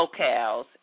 locales